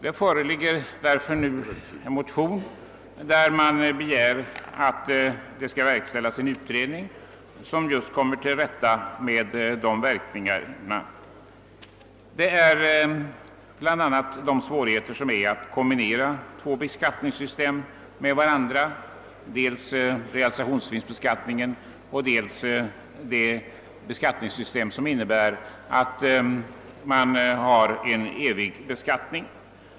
Det föreligger nu en motion, där man begär att det skall verkställas en utredning som kommer till rätta med dessa verkningar. Det gäller bl.a. de svårigheter som föreligger att kombinera två beskattningssystem med varandra, dels realisationsvinstbeskattningen, dels det beskattningssystem som innebär en evig beskattning.